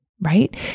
right